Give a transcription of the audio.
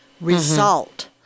result